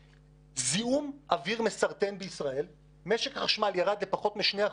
זיהום אוויר מסרטן בישראל משק החשמל ירד לפחות מ-2%,